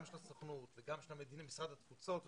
גם של הסוכנות וגם של משרד התפוצות וכו'.